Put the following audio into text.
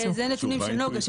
אלה נתונים של נגה.